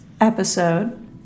Episode